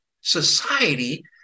society